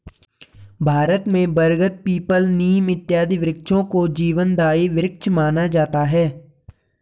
भारत में बरगद पीपल नीम इत्यादि वृक्षों को जीवनदायी वृक्ष माना जाता है